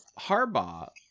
Harbaugh